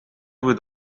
with